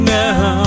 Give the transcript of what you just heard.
now